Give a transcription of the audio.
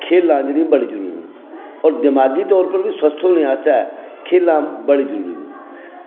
खेलां जेह्ड़ियां बड़ी जरूरी न होर दमागी तौर पर बी स्वस्थ होने आस्तै खेलां बड़ी जरूरी न